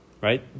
right